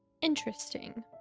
Interesting